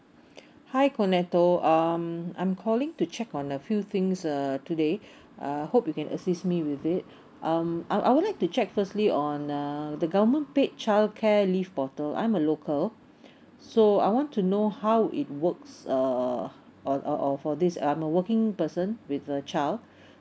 hi kenato um I'm calling to check on a few things uh today uh I hope you can assist me with it um I I would like to check firstly on uh the government paid childcare leave portal I'm a local so I want to know how it works uh or or or for this I'm a working person with a child